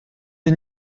des